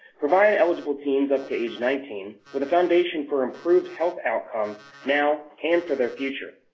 provide eligible teens up to age nineteen with a foundation for improved health outcomes now and for their future.